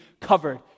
covered